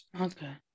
Okay